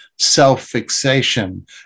self-fixation